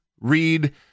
read